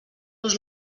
los